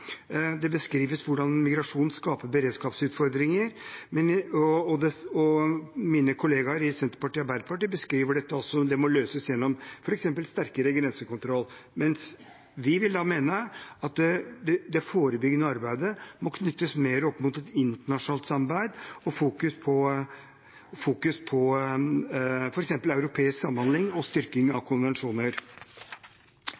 Det beskrives hvordan migrasjon skaper beredskapsutfordringer. Mine kollegaer i Senterpartiet og Arbeiderpartiet beskriver dette som noe som må løses gjennom f.eks. sterkere grensekontroll, mens vi vil mene at det forebyggende arbeidet må knyttes mer opp mot et internasjonalt samarbeid og fokus på f.eks. europeisk samhandling og styrking av